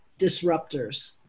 disruptors